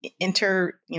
enter